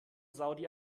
saudi